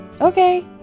Okay